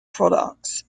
products